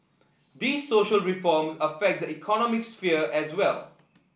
these social reforms affect the economic sphere as well